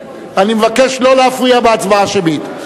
אני מבקש שלא להפריע בהצבעה השמית.